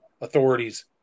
authorities